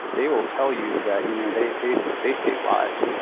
they will tell you that you know they they they save lives.